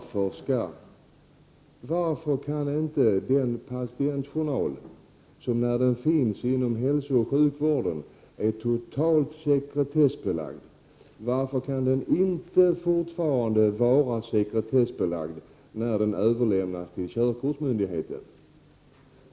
Varför kan inte en journal, som är totalt sekretessbelagd när den finns inom hälsooch sjukvården, fortfarande vara sekretessbelagd när den överlämnas till körkortsmyndigheten?